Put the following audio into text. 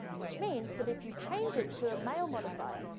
which means that if you change it to a male modifier,